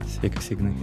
sveikas ignai